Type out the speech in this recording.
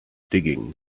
digging